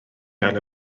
gael